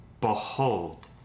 Behold